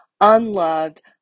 unloved